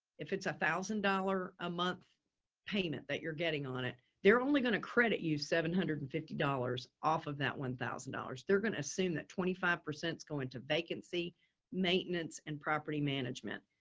if it's one thousand dollars a month payment that you're getting on it, they're only going to credit you seven hundred and fifty dollars off of that one thousand dollars they're going to assume that twenty five percent go into vacancy maintenance and property management.